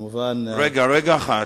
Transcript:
רגע, רגע אחד.